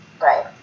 Right